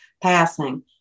passing